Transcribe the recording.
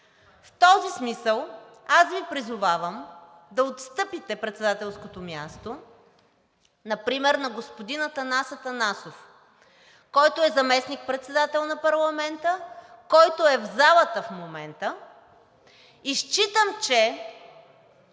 В този смисъл аз Ви призовавам да отстъпите председателското място например на господин Атанас Атанасов, който е заместник-председател на парламента, който е в залата в момента, и считам, че